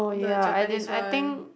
the Japanese one